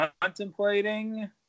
Contemplating